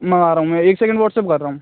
मँगा रहा हूँ मैं एक सेकेंड वाट्सअप कर रहा हूँ